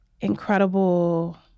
incredible